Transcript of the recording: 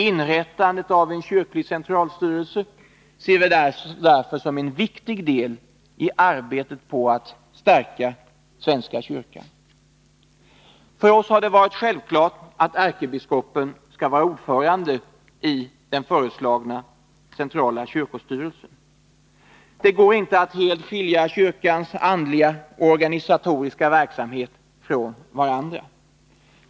Inrättandet av en kyrklig centralstyrelse ser vi därför som en viktig del i arbetet att stärka kyrkan. För oss har det varit självklart att ärkebiskopen skall vara ordförande i den föreslagna centrala kyrkostyrelsen. Det går inte att helt skilja kyrkans andliga och organisatoriska verksamhet från varandra.